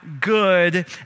good